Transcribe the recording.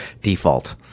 default